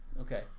Okay